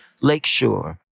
lakeshore